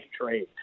trade